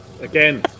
Again